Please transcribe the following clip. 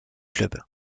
club